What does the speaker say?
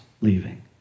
leaving